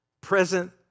present